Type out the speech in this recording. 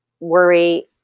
worry